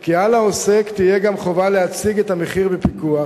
כי על העוסק תהיה גם חובה להציג את המחיר שבפיקוח.